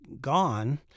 gone